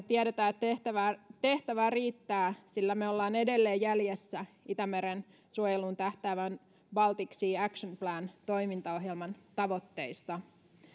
tiedetään että tehtävää riittää sillä me olemme edelleen jäljessä itämeren suojeluun tähtäävän baltic sea action plan toimintaohjelman tavoitteista